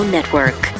Network